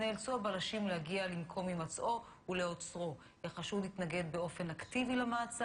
נמצאים פה כי מח"ש יודעים שהם סוגרים את מרבית התיקים.